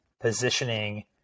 positioning